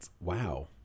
Wow